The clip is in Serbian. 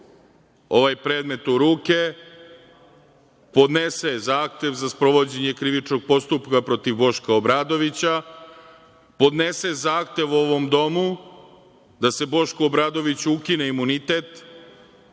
ovaj predmet u ruke, podnese zahtev za sprovođenje krivičnog postupka protiv Boška Obradovića, podnese zahtev ovom domu, da se Bošku Obradoviću ukine imunitet